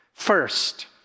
first